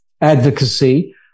advocacy